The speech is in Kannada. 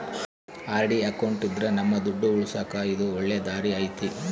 ಆರ್.ಡಿ ಅಕೌಂಟ್ ಇದ್ರ ನಮ್ ದುಡ್ಡು ಉಳಿಸಕ ಇದು ಒಳ್ಳೆ ದಾರಿ ಐತಿ